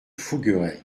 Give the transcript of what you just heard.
fougueray